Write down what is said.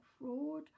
fraud